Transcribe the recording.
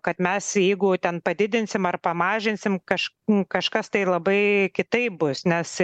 kad mes jeigu ten padidinsim ar pamažinsim kaž n kažkas tai labai kitaip bus nes